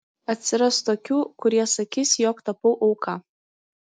atsiras tokių kurie sakys jog tapau auka